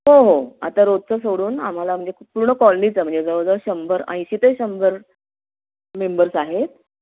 हो हो आता रोजचं सोडून आम्हाला म्हणजे पूर्ण कॉलनीचं म्हणजे जवळजवळ शंभर ऐंशी ते शंभर मेंबर्स आहेत